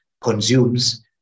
consumes